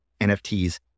NFTs